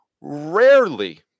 Rarely